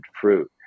fruit